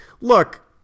look